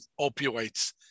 opioids